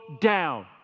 down